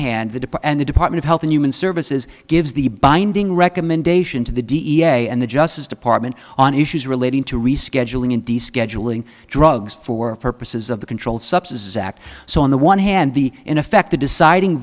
depart and the department of health and human services gives the binding recommendation to the da and the justice department on issues relating to rescheduling and disk edgel and drugs for purposes of the controlled substances act so on the one hand the in effect the deciding